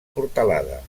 portalada